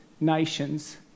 nations